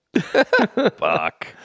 Fuck